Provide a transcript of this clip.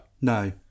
No